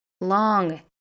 long